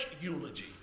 eulogy